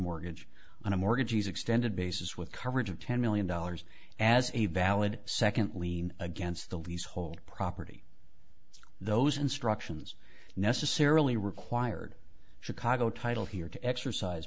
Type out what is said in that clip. mortgage on a mortgage is extended basis with coverage of ten million dollars as a valid second lien against the lease whole property those instructions necessarily required chicago title here to exercise